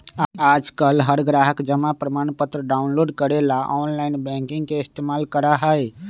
आजकल हर ग्राहक जमा प्रमाणपत्र डाउनलोड करे ला आनलाइन बैंकिंग के इस्तेमाल करा हई